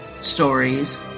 stories